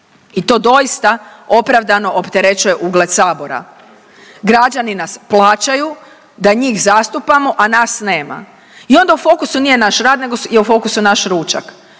i to doista opravdano opterećuje ugled Sabora. Građani nas plaćaju da njih zastupamo, a nas nema i onda u fokusu nije naš rad nego je u fokusu naš ručak.